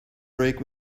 break